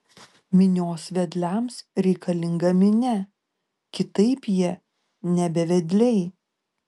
minios vedliams reikalinga minia kitaip jie nebe vedliai